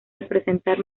representar